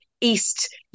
East